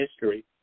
history